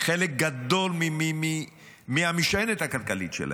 חלק גדול מהמשענת הכלכלית שלהם.